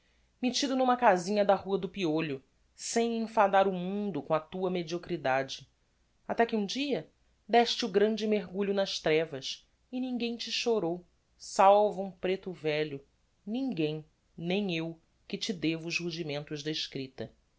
mettido n'uma casinha da rua do piolho sem enfadar o mundo com a tua mediocridade até que um dia déste o grande mergulho nas trevas e ninguem te chorou salvo um preto velho ninguem nem eu que te devo os rudimentos da escripta